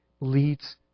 leads